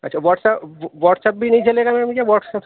اچھا WhatsApp WhatsApp بھی نہیں چلے گا میم یا واٹس ایپ